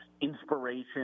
inspiration